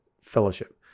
fellowship